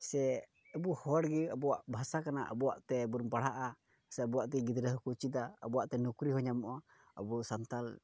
ᱥᱮ ᱟᱵᱚ ᱦᱚᱲ ᱜᱮ ᱟᱵᱚᱣᱟᱜ ᱵᱷᱟᱥᱟ ᱠᱟᱱᱟ ᱟᱵᱚᱣᱟᱜ ᱛᱮ ᱵᱚᱱ ᱯᱟᱲᱦᱟᱜᱼᱟ ᱥᱮ ᱟᱵᱚᱣᱟᱜ ᱛᱮ ᱜᱤᱫᱽᱨᱟᱹ ᱦᱚᱸᱠᱚ ᱪᱮᱫᱟ ᱟᱵᱚᱣᱟᱜ ᱛᱮ ᱱᱚᱠᱨᱤ ᱦᱚᱸ ᱧᱟᱢᱚᱜᱼᱟ ᱟᱵᱚ ᱥᱟᱱᱛᱟᱲ